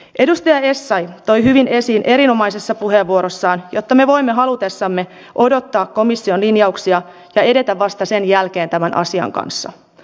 edustaja essayah toi hyvin esiin erinomaisessa puheenvuorossaan että me voimme halutessamme odottaa komission linjauksia ja edetä vasta sen jälkeen tämän asian kanssa